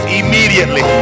immediately